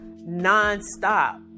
nonstop